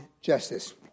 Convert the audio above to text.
justice